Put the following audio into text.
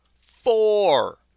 four